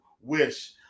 wish